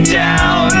down